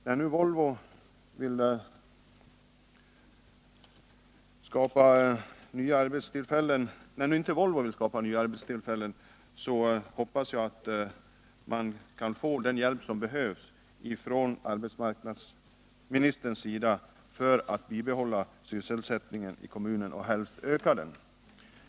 När nu Volvo inte vill göra detta hoppas jag att kommunen av arbetsmarknadsministern får hjälp med att behålla och helst öka sysselsättningen där.